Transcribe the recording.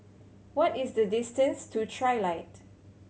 what is the distance to Trilight